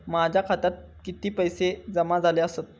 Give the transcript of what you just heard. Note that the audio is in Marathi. माझ्या खात्यात किती पैसे जमा झाले आसत?